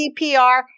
CPR